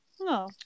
No